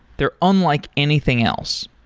they're unlike anything else.